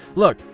look,